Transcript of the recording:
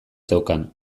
zeukan